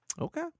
Okay